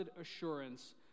assurance